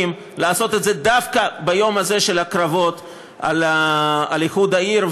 מלעשות את זה דווקא ביום הזה של הקרבות על איחוד העיר,